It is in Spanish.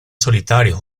solitario